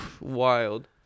Wild